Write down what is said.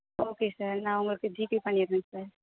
okay sir நான் உங்களுக்கு GPay பண்ணிடறேன் சார்